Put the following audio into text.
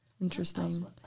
Interesting